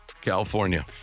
California